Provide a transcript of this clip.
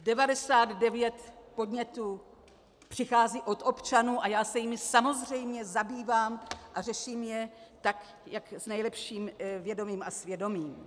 Devadesát devět podnětů přichází od občanů a já se jimi samozřejmě zabývám a řeším je s nejlepším vědomím a svědomím.